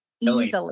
easily